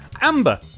Amber